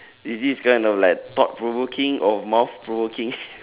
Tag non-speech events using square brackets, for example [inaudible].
is this kind of like thought provoking or mouth provoking [noise]